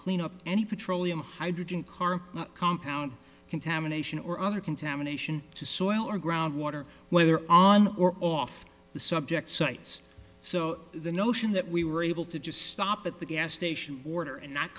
clean up any petroleum hydrogen car or compound contamination or other contamination to soil or groundwater whether on or off the subject sites so the notion that we were able to just stop at the gas station border and not